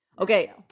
Okay